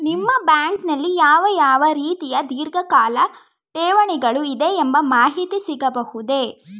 ನಿಮ್ಮ ಬ್ಯಾಂಕಿನಲ್ಲಿ ಯಾವ ಯಾವ ರೀತಿಯ ಧೀರ್ಘಕಾಲ ಠೇವಣಿಗಳು ಇದೆ ಎಂಬ ಮಾಹಿತಿ ಸಿಗಬಹುದೇ?